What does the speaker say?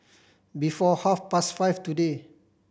before half past five today